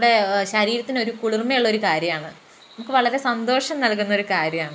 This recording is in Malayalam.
നമ്മടെ ശരീരത്തിനൊരു കുളിർമയുള്ള ഒരു കാര്യാണ് നമുക്ക് വളരെ സന്തോഷം നൽകുന്നൊരു കാര്യാണ്